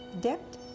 Debt